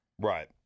Right